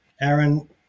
Aaron